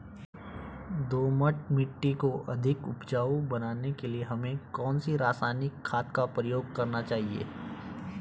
दोमट मिट्टी को अधिक उपजाऊ बनाने के लिए हमें कौन सी रासायनिक खाद का प्रयोग करना चाहिए?